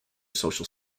social